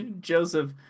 Joseph